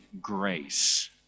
grace